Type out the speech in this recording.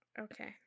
Okay